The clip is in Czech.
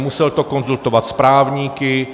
Musel to konzultovat s právníky.